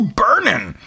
burning